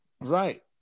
right